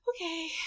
okay